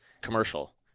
commercial